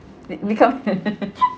be~ become